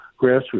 grassroots